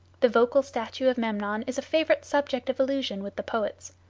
the vocal statue of memnon is a favorite subject of allusion with the poets.